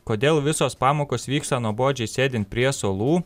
kodėl visos pamokos vyksta nuobodžiai sėdint prie suolų